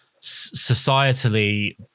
societally